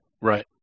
Right